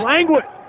Language